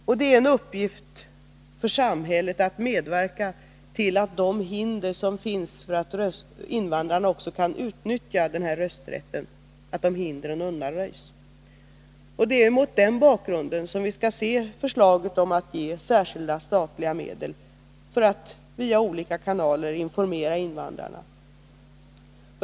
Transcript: Och det är en uppgift för samhället att medverka till att de hinder som finns för att invandrarna skall kunna utnyttja rösträtten undanröjs. Det är mot den bakgrunden vi skall se förslaget om att ge särskilda statliga medel för att via olika kanaler informera invandrarna.